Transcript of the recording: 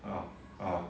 uh (uh huh)